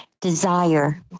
desire